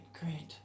great